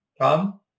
Tom